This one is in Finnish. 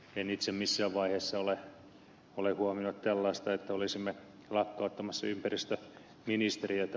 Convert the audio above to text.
en itse missään vaiheessa ole huomioinut tällaista että olisimme lakkauttamassa ympäristöministeriötä